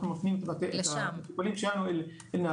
אנחנו נותנים --- לטיפולים שם לנהריה